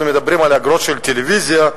אגרות טלוויזיה,